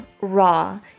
raw